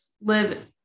live